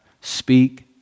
Speak